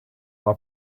una